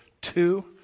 two